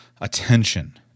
attention